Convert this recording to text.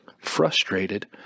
Frustrated